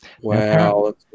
Wow